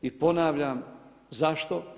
I ponavljam zašto?